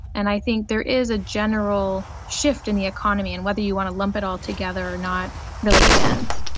and i think there is a general shift in the economy, and whether you want to lump it altogether or not really depends.